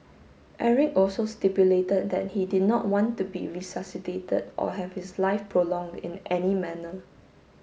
Eric also stipulated that he did not want to be resuscitated or have his life prolonged in any manner